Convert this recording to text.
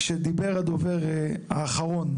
כשדיבר הדובר האחרון,